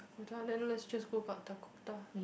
Dakota then let's just go ga~ Dakota